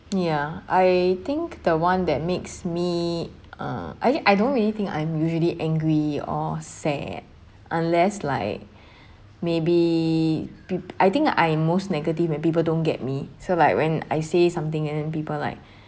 ya I think the one that makes me uh actually I don't really think I'm usually angry or sad unless like maybe peo~ think I am most negative when people don't get me so like when I say something and then people like